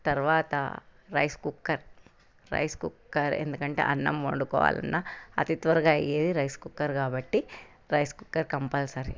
తర్వాత rice cooker rice cooker ఎందుకంటే అన్నం వండుకోవాలన్న అతి త్వరగా అయ్యేది రైస్ కుక్కర్ కాబట్టి రైస్ కుక్కర్ కంపల్సరీ